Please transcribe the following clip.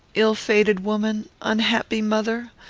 ill-fated woman! unhappy mother!